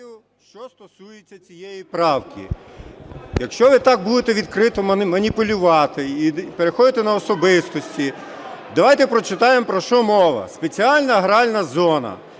що стосується цієї правки. Якщо ви так будете відкрито маніпулювати і переходити на особистості, давайте прочитаємо, про що мова? "Спеціальна гральна зона.